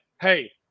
hey